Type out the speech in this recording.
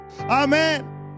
Amen